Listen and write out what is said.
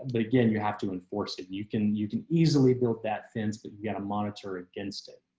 but again, you have to enforce that and you can you can easily build that fence, but you got to monitor against it.